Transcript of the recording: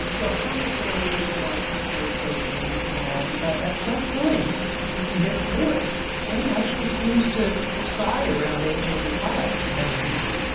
well, chronic pain is a marker of ageing, and but at some point if you can get through it, pain actually seems to subside around age eighty five for many people.